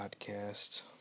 podcast